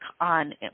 on